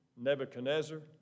Nebuchadnezzar